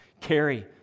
Carry